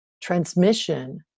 transmission